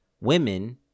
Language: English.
women